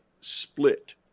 split